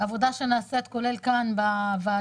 עבודה שנעשית, כולל כאן בוועדה,